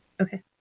Okay